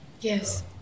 Yes